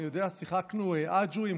שיחקנו אג'ואים,